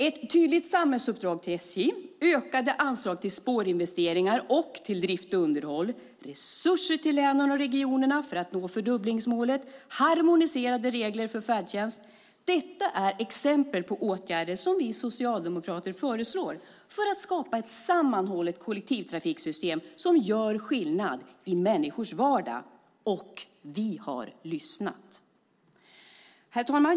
Ett tydligt samhällsuppdrag till SJ, ökade anslag till spårinvesteringar och till drift och underhåll, resurser till länen och regionerna för att man ska nå fördubblingsmålet och harmoniserade regler för färdtjänst - detta är exempel på åtgärder som vi socialdemokrater föreslår för att skapa ett sammanhållet kollektivtrafiksystem som gör skillnad i människors vardag. Och vi har lyssnat. Herr talman!